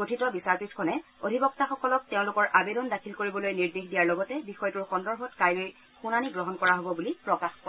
গঠিত বিচাৰপীঠখনে অধিবক্তাসকলক তেওঁলোকৰ আবেদন দাখিল কৰিবলৈ নিৰ্দেশ দিয়াৰ লগতে বিষয়টোৰ সন্দৰ্ভত কাইলৈ শুনানি গ্ৰহণ কৰা হব বুলি প্ৰকাশ কৰে